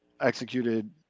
executed